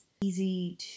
easy